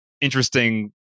interesting